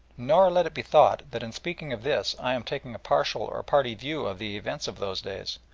nor let it be thought that in speaking of this i am taking a partial or party view of the events of those days,